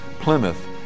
Plymouth